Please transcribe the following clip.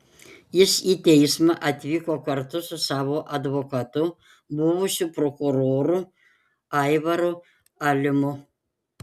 jis į teismą atvyko kartu su savo advokatu buvusiu prokuroru aivaru alimu